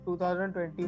2020